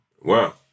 Wow